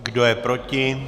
Kdo je proti?